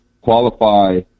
qualify